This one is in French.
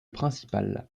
principal